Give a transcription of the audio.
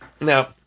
Now